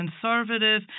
conservative